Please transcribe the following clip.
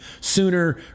Sooner